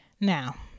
Now